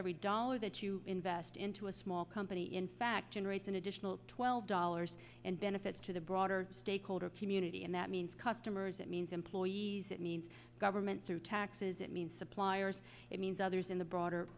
every dollar that you invest into a small company in fact generates an additional twelve dollars in benefits to the broader stakeholder community and that means customers it means employees it means government through taxes it means suppliers it means others in the broader